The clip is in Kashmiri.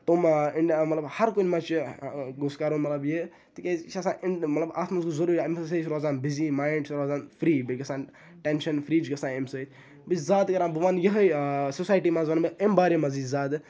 تِم مطلب ہرکُنہِ منٛز چھِ مطلب گوٚژھ کَرُن یہِ تِکیٛازِ یہِ چھِ آسان اِن مطلب اَتھ منٛز گوٚژھ ضٔروٗری اَمہِ سۭتۍ چھِ روزان بِزی ماینٛڈ چھِ روزان فِرٛی بیٚیہِ گژھان ٹٮ۪نشَن فِرٛی چھِ گژھان اَمہِ سۭتۍ بیٚیہِ زیادٕ کَران بہٕ وَنہٕ یِہٕے سوسایٹی منٛز وَنہٕ بہٕ اَمہِ بارے منٛزٕے زیادٕ